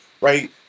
right